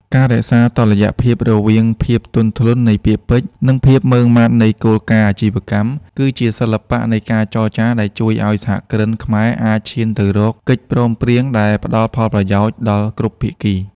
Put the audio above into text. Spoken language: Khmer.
ការរក្សាតុល្យភាពរវាងភាពទន់ភ្លន់នៃពាក្យពេចន៍ និងភាពម៉ឺងម៉ាត់នៃគោលការណ៍អាជីវកម្ម គឺជាសិល្បៈនៃការចរចាដែលជួយឱ្យសហគ្រិនខ្មែរអាចឈានទៅរកកិច្ចព្រមព្រៀងដែលផ្ដល់ផលប្រយោជន៍ដល់គ្រប់ភាគី។